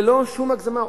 ללא שום הגזמה,